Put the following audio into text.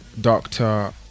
doctor